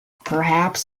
perhaps